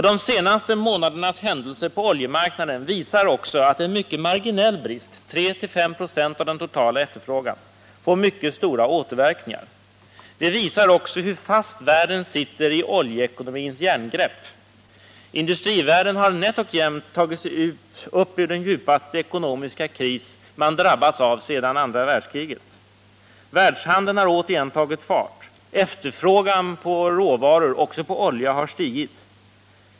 De senaste månadernas händelser på oljemarknaden visar också att en mycket marginell brist — 3-5 96 av den totala efterfrågan — får mycket stora återverkningar. Det visar också hur fast världen sitter i oljeekonomins järngrepp. Industrivärlden har nätt och jämnt tagit sig upp ur den djupaste ekonomiska kris man drabbats av sedan andra världskriget, världshandeln har återigen tagit fart, efterfrågan på råvaror — också på olja — har stigit.